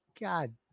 God